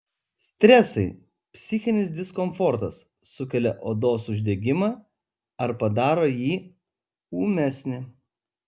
stresai psichinis diskomfortas sukelia odos uždegimą ar padaro jį ūmesnį